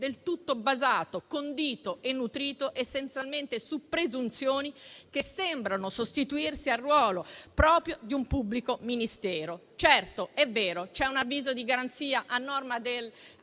del tutto basato, condito e nutrito essenzialmente su presunzioni che sembrano sostituirsi al ruolo proprio di un pubblico ministero. Certo è vero, c'è un avviso di garanzia, segretato